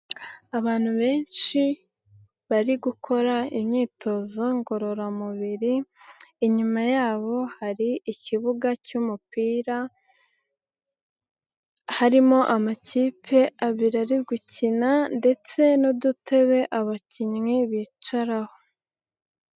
Abantu benshi bari gukora imyitozo ngororamubiri, inyuma yabo hari ikibuga cy'umupira, harimo amakipe abiri ari gukina ndetse n'udutebe abakinnyi bicaraho.